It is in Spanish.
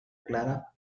clara